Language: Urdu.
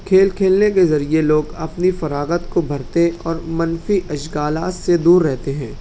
کھیل کھیلنے کے ذریعے لوگ اپنی فراغت کو بھرتے اور منفی اشغالات سے دور رہتے ہیں